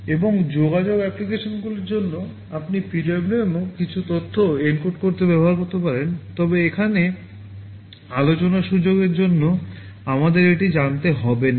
এবং যোগাযোগ অ্যাপ্লিকেশনগুলির জন্য আপনি PWMও কিছু তথ্য এনকোড করতে ব্যবহার করতে পারেন তবে এখানে আলোচনার সুযোগের জন্য আমাদের এটি জানতে হবে না